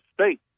state